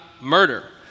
murder